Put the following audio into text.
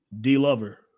D-Lover